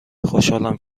خوشحالم